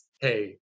hey